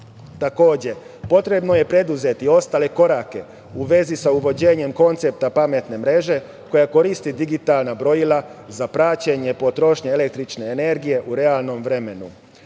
drugo. Takođe, potrebno je preduzeti ostale korake u vezi sa uvođenjem koncepta pametne mreže koja koristi digitalna brojila, za praćenje potrošnje električne energije, u realnom vremenu,